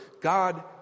God